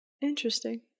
Interesting